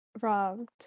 robbed